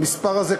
המספר הזה,